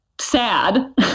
sad